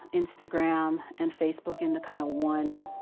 instagram and facebook into kind of one